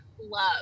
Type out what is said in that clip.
love